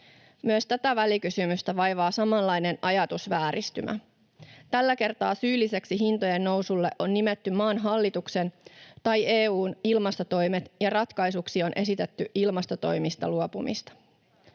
Myös tätä välikysymystä vaivaa samanlainen ajatusvääristymä. Tällä kertaa syylliseksi hintojen nousulle on nimetty maan hallituksen tai EU:n ilmastotoimet ja ratkaisuksi on esitetty ilmastotoimista luopumista.